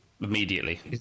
immediately